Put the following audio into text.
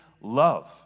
Love